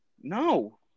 No